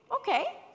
Okay